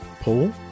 paul